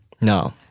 No